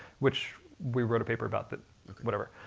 which we wrote a paper about, that whatever.